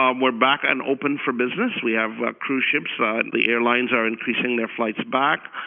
um we're back and open for business. we have cruise ships. ah and the airlines are increasing their flights back.